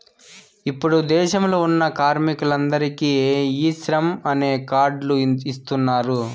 ఇప్పుడు దేశంలో ఉన్న కార్మికులందరికీ ఈ శ్రమ్ అనే కార్డ్ లు ఇస్తున్నారు